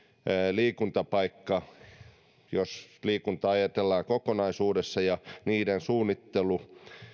liikuntapaikkoja jos liikuntaa ajatellaan kokonaisuudessa ja niiden suunnittelussa